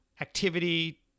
activity